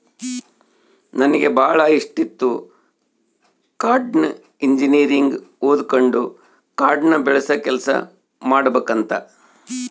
ನನಗೆ ಬಾಳ ಇಷ್ಟಿತ್ತು ಕಾಡ್ನ ಇಂಜಿನಿಯರಿಂಗ್ ಓದಕಂಡು ಕಾಡ್ನ ಬೆಳಸ ಕೆಲ್ಸ ಮಾಡಬಕಂತ